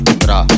tra